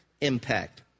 impact